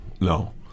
no